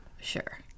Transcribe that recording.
Sure